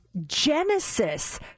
genesis